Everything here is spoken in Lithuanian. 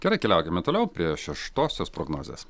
gerai keliaukime toliau prie šeštosios prognozės